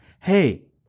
Hey